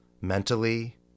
mentally